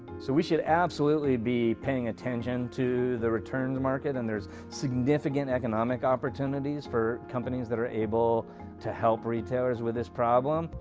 so we should absolutely be paying attention to the returns market. and there's significant economic opportunities for companies that are able to help retailers with this problem.